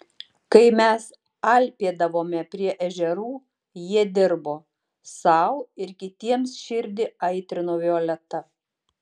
kai mes alpėdavome prie ežerų jie dirbo sau ir kitiems širdį aitrino violeta